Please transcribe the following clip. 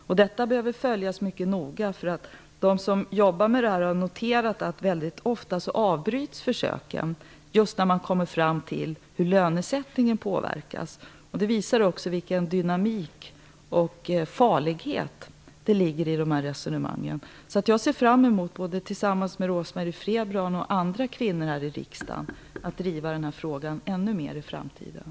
Denna fråga måste följas noga. De som jobbar med dessa frågor har noterat att försöken ofta avbryts just när man kommer fram till hur lönesättningen påverkas. Det visar också vilken dynamik och även fara det ligger i resonemangen. Jag ser fram emot att tillsammans med Rose Marie Frebran och andra kvinnor i riksdagen driva frågan även i framtiden.